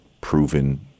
proven